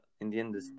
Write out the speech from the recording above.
Indian